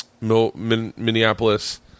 Minneapolis